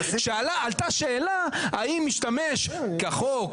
שעלתה שאלה האם משתמש כחוק,